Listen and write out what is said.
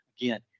Again